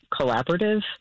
collaborative